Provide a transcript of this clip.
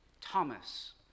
Thomas